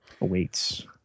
awaits